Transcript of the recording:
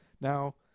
Now